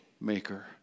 Maker